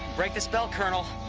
break the spell, colonel.